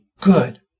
good